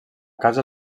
casa